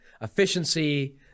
efficiency